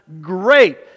great